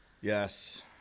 yes